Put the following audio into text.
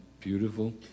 beautiful